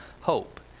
hope